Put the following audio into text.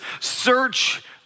search